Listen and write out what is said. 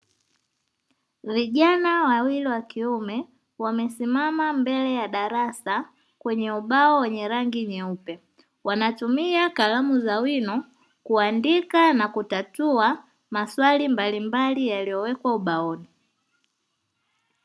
Vijana wawili wakiume wamesimama mbele ya darasa kwenye ubao wenye rangi nyeupe wanatumia karamu za wino kuandika na kutatua maswali mbalimbali yaliyowekwa ubaoni.